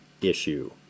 issue